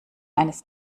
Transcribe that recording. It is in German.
eines